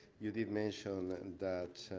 you did mention and that